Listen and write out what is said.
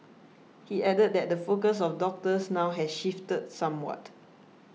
he added that the focus of doctors now has shifted somewhat